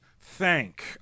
thank